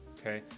okay